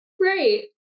Right